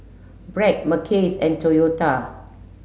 Bragg Mackays and Toyota